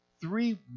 three